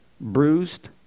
bruised